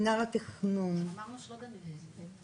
אמרנו שלא דנים בזה.